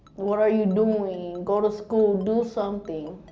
what are you doing? go to school, do something.